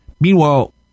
Meanwhile